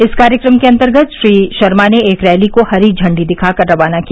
इस कार्यक्रम के अन्तर्गत श्री शर्मा ने एक रैली को हरी झंडी दिखाकर रवाना किया